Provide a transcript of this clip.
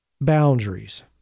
boundaries